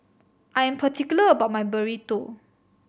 I'm particular about my Burrito